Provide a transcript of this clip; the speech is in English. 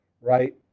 right